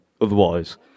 otherwise